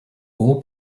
all